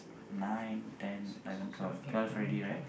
one two three four five six seven eight nine ten eleven twelve